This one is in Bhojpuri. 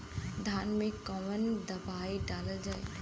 धान मे कवन दवाई डालल जाए?